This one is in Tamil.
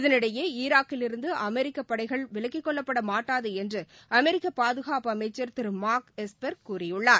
இதனிடையே ஈராக்கிலிருந்து அமெரிக்க படைகள் விலக்கிக் கொள்ளப்பட மாட்டாது என்று அமெரிக்க பாதுகாப்பு அமைச்சர் திரு மார்க் எஸ்பர் கூறியுள்ளார்